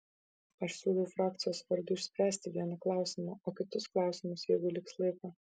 aš siūlau frakcijos vardu išspręsti vieną klausimą o kitus klausimus jeigu liks laiko